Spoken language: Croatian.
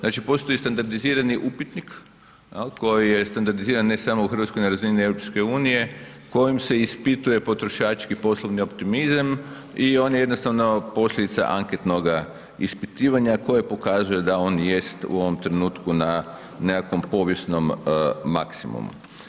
Znači, postoji standardizirani upitnik koji je standardiziran ne samo u Hrvatskoj na razini Europske unije kojim se ispituje potrošački poslovni optimizam i on je jednostavno posljedica anketnoga ispitivanja koje pokazuje da on jest u ovom trenutku na nekakvom povijesnom maksimumu.